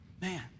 Man